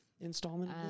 installment